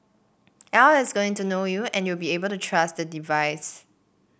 AI is going to know you and you will be able to trust the device